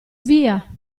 via